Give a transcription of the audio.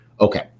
okay